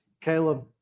caleb